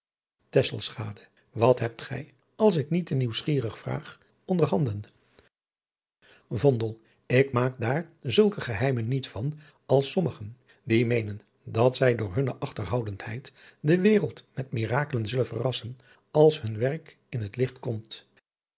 wat hebt gij als ik niet te nieuwsgierig vraag onderhanden vondel ik maak daar zulke geheimen niet van als sommigen die meenen dat zij door hunne achterhoudendheid de wereld met mirakelen zullen verrassen als hun werk in het licht komt